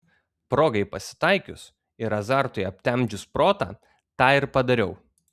progai pasitaikius ir azartui aptemdžius protą tą ir padariau